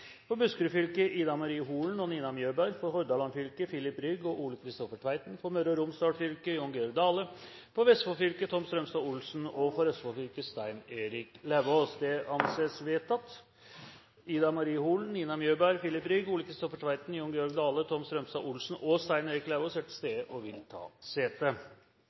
For Buskerud fylke: Ida Marie Holen og Nina Mjøberg For Hordaland fylke: Filip Rygg og Ole Kristoffer Tveiten For Møre og Romsdal fylke: Jon Georg Dale For Vestfold fylke: Tom Strømstad Olsen For Østfold fylke: Stein Erik Lauvås Ida Marie Holen, Nina Mjøberg, Filip Rygg, Ole Kristoffer Tveiten, Jon Georg Dale, Tom Strømstad Olsen og Stein Erik Lauvås er til stede og vil ta sete.